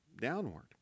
downward